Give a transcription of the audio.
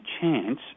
chance